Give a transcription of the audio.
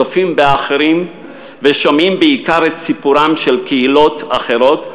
צופים באחרים ושומעים בעיקר את סיפורן של קהילות אחרות,